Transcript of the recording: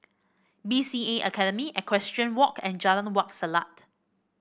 B C A Academy Equestrian Walk and Jalan Wak Selat